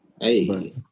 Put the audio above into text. Hey